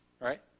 right